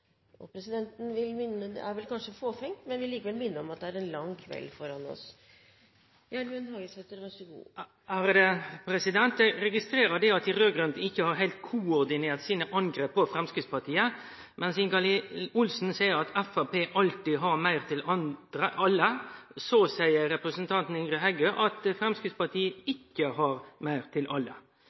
kanskje fåfengt, men presidenten vil likevel minne om at vi har en lang kveld foran oss. Eg registrerer at dei raud-grøne ikkje heilt har koordinert angrepa sine på Framstegspartiet. Mens representanten Ingalill Olsen seier at Framstegspartiet alltid har meir til alle, seier representanten Ingrid Heggø at Framstegspartiet ikkje har meir til alle.